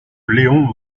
léon